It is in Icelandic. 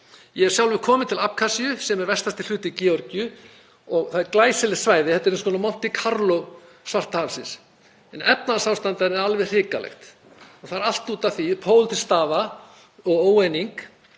Ég hef sjálfur komið til Abkasíu, sem er vestasti hluti Georgíu, og það er glæsilegt svæði. Þetta er eins konar Monte Carlo Svartahafsins en efnahagsástandið er alveg hrikalegt. Það er allt út af pólitískri stöðu og óeiningu